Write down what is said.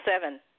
seven